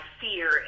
fear